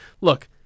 look